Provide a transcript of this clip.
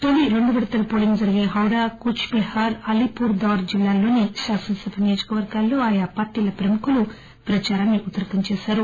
తొలీ రెండు విడతల పోలింగ్ జరిగే హౌరా కూచ్ బిహార్ అలీపూర్ దౌర్ జిల్లాల్లోని కాసనసభ నియోజకవర్గాల్లో ఆయా పార్టీల ప్రముఖులు ప్రదారాన్ని ఉధృతం చేశారు